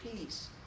peace